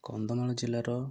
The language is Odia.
କନ୍ଧମାଳ ଜିଲ୍ଲାର